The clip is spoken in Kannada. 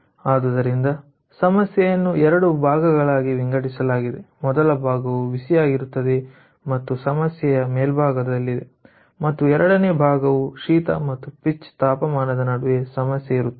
ಆದ್ದರಿಂದ ಸಮಸ್ಯೆಯನ್ನು 2 ಭಾಗಗಳಾಗಿ ವಿಂಗಡಿಸಲಾಗಿದೆ ಮೊದಲ ಭಾಗವು ಬಿಸಿಯಾಗಿರುತ್ತದೆ ಮತ್ತು ಸಮಸ್ಯೆ ಮೇಲ್ಭಾಗದಲ್ಲಿದೆ ಮತ್ತು ಎರಡನೇ ಭಾಗವು ಶೀತ ಮತ್ತು ಪಿಚ್ ತಾಪಮಾನದ ನಡುವೆ ಸಮಸ್ಯೆ ಇರುತ್ತದೆ